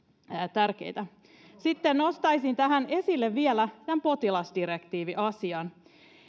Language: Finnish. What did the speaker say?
tärkeitä sitten nostaisin tähän esille vielä tämän potilasdirektiiviasian